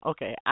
Okay